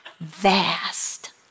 Vast